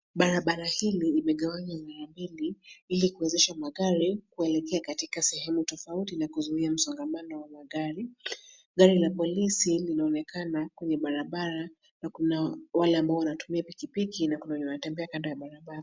Barabara hili imegawanywa mara mbili ili kuwezesha magari kuelekea katika sehemu tofauti na kuzuia msongamano wa magari. Gari la polisi linaonekana kwenye barabara na kuna wale ambao wanatumia pikipiki na kuna wenye wanatembea kando ya barabara.